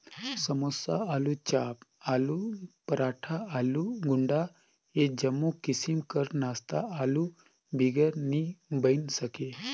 समोसा, आलूचाप, आलू पराठा, आलू गुंडा ए जम्मो किसिम कर नास्ता आलू बिगर नी बइन सके